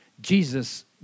Jesus